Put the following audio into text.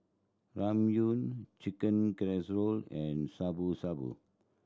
Ramyeon Chicken Casserole and Shabu Shabu